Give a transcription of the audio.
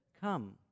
come